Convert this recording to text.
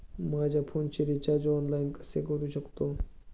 माझ्या फोनचे recharge online कसे करू शकतो?